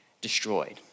destroyed